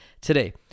Today